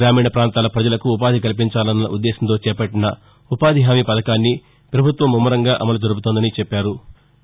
గ్రామీణ పాంతాల ప్రజలకు ఉపాధి కల్పించాలన్న ఉద్దేశ్యంతో చేపట్టిన ఉపాధిహామీ పథకాన్ని పభుత్వం ముమ్మరంగా అమలు జరుపుతోందని చెప్పారు